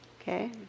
Okay